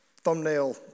thumbnail